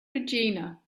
regina